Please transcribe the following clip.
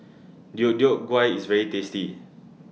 Deodeok Gui IS very tasty